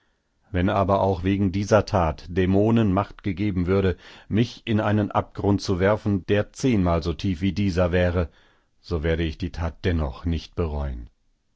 wenn aber auch wegen dieser tat dämonen macht gegeben würde mich in einen abgrund zu werfen der zehnmal so tief wie dieser wäre so werde ich die tat dennoch nicht bereuen